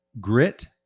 Grit